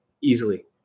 easily